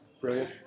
Brilliant